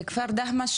כפר דהמש,